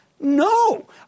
No